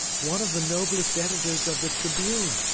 one of the noblest editors of the tribune,